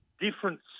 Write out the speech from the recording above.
difference